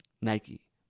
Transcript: Nike